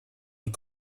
und